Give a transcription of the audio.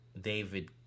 David